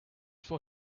for